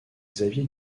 xavier